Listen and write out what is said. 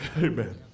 Amen